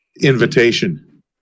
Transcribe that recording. invitation